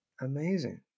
amazing